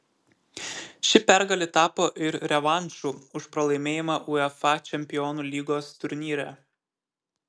ši pergalė tapo ir revanšu už pralaimėjimą uefa čempionų lygos turnyre